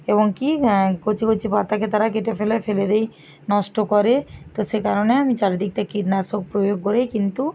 এবং কি কচি কচি পাতাকে তারা কেটে ফেলে ফেলে দিই নষ্ট করে তো সে কারণে আমি চারিদিকটা কীটনাশক প্রয়োগ করেই কিন্তু